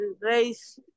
race